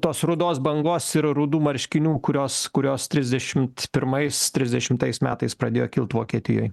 tos rudos bangos ir rudų marškinių kurios kurios trisdešimt pirmais trisdešimtais metais pradėjo kilt vokietijoj